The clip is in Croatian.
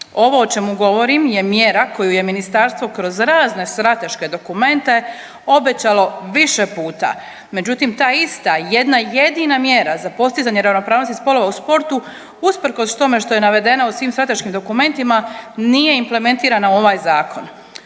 Ovo o čemu govorim je mjera koju je ministarstvo kroz razne strateške dokumente obećalo više puta, međutim ta ista jedna jedina mjera za postizanje ravnopravnosti spolova u sportu usprkos tome što je navedena u svim strateškim dokumentima nije implementirana u ovaj zakon.